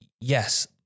Yes